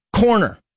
Corner